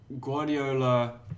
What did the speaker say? Guardiola